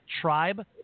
tribe